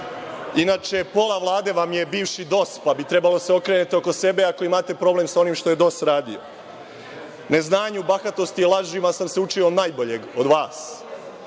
Inače, pola Vlade vam je bivši DOS, pa bi trebalo da se okrenete oko sebe ako imate problem sa onim što je DOS radio. Neznanju, bahatosti i lažima sam se učio od najboljeg, od vas. Što